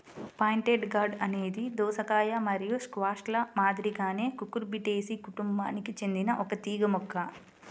pointed gourd అనేది దోసకాయ మరియు స్క్వాష్ల మాదిరిగానే కుకుర్బిటేసి కుటుంబానికి చెందిన ఒక తీగ మొక్క